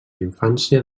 infància